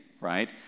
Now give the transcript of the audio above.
right